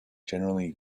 generally